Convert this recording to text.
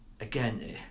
again